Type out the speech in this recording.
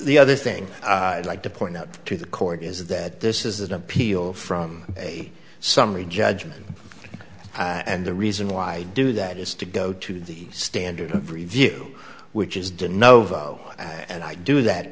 the other thing i'd like to point out to the court is that this is an appeal from a summary judgment and the reason why i do that is to go to the standard of review which is denote and i do that